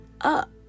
up